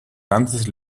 ganzes